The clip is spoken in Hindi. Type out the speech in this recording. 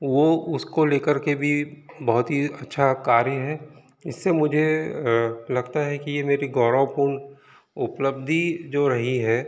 वो उसको लेकर के भी बहुत ही अच्छा कार्य है इससे मुझे लगता है कि ये मेरी गौरवपूर्ण उपलब्धि जो रही है